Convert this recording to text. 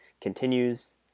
continues